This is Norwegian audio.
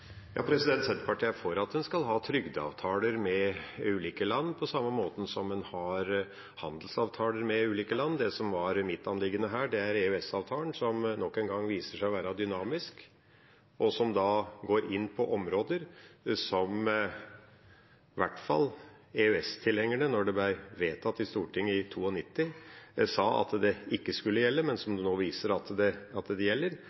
Senterpartiet er for at en skal ha trygdeavtaler med ulike land, på samme måten som en har handelsavtaler med ulike land. Det som var mitt anliggende her, er EØS-avtalen, som nok en gang viser seg å være dynamisk, og som går inn på områder som i hvert fall EØS-tilhengerne – da det ble vedtatt i Stortinget i 1992 – sa at ikke skulle gjelde, men som det nå viser seg at gjelder. Det